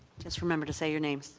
remember to say your name.